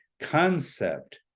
concept